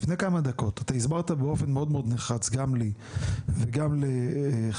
לפני כמה דקות אתה הסברת באופן מאוד נחרץ גם לי וגם לחבר